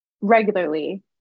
regularly